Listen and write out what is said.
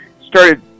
Started